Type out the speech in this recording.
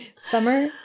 Summer